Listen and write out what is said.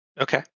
okay